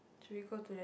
should we go to